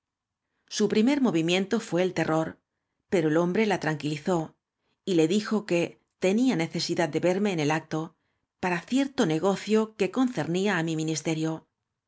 su primer movimiento íué el terror pero el hombre la traoquilizór y le dijo que tenía nece sidad do verme on el acto para cierto negocio que concernía á mi ministerio